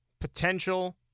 potential